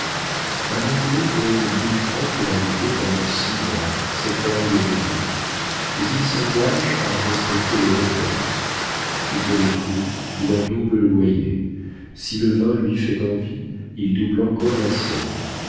un anglais donne mille francs pour habiter pendant six mois cette humble maison mais il s'engage à en respecter les récoltes s'il veut les fruits il en double le loyer si le vin lui fait envie il double encore la somme